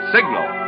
Signal